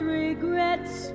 regrets